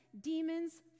demons